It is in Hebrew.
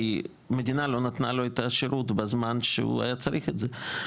כי המדינה לא נתנה לו את השירות בזמן שהוא היה צריך את זה.